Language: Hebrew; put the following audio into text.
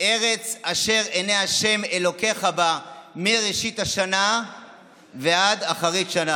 ארץ אשר "עיני ה' אלהיך בה מרשית השנה ועד אחרית שנה".